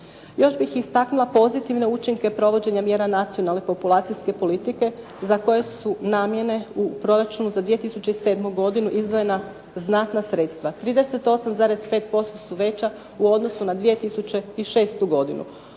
Još bih istaknula pozitivne učinke provođenja mjera nacionalne populacijske politike za koje su namjene u proračunu za 2007. izdvojena znatna sredstva. 38,5% su veća u odnosu na 2006. godinu.